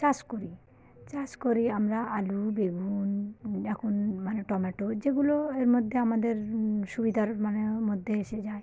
চাষ করি চাষ করি আমরা আলু বেগুন এখন মানে টমেটো যেগুলো এর মধ্যে আমাদের সুবিধার মানে মধ্যে এসে যায়